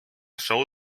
sou